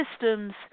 systems